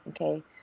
Okay